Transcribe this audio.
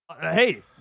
Hey